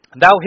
Thou